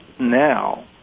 now